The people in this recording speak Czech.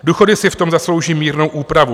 Důchody si v tom zaslouží mírnou úpravu.